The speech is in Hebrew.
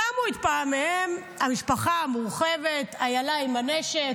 שמו את פעמיהם, המשפחה המורחבת, איילה עם הנשק,